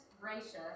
gracious